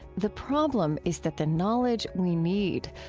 the problem is that the knowledge we need,